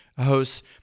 hosts